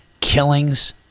killings